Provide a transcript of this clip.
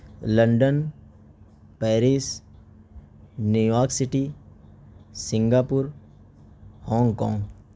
London Paris New York City Singapore Hong Kong